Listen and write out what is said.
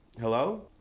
hello?